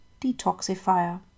detoxifier